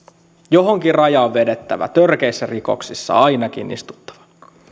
johonkin raja on vedettävä ainakin törkeissä rikoksissa on istuttava